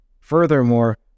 furthermore